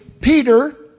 Peter